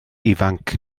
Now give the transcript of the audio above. ifanc